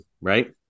right